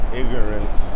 ignorance